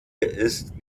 ist